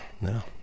No